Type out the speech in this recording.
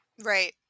Right